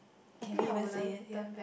can we even say it here